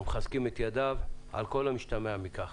אנחנו מחזקים את ידיו, על כל המשתמע מכך.